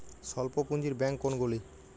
স্বল্প পুজিঁর ব্যাঙ্ক কোনগুলি?